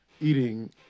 eating